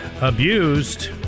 abused